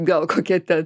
gal kokia ten